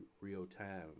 real-time